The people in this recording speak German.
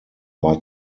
war